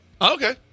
Okay